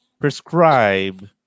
prescribe